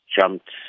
jumped